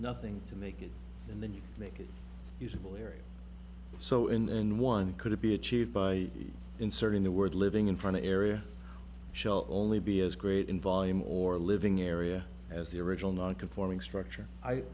nothing to make it and then you make it usable area so in the end one could be achieved by inserting the word living in front a area shall only be as great in volume or living area as the original non conforming structure